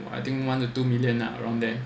I think one or two million lah around there